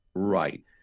Right